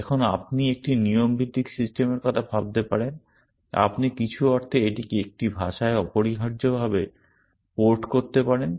এখন আপনি একটি নিয়ম ভিত্তিক সিস্টেমের কথা ভাবতে পারেন আপনি কিছু অর্থে এটিকে একটি ভাষায় অপরিহার্যভাবে পোর্ট করতে পারেন